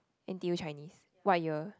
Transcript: n_t_u Chinese what year